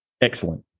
Excellent